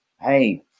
hey